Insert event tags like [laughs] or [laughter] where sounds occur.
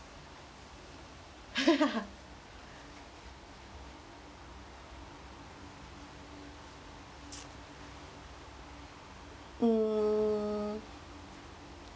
[laughs] mm